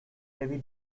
heavy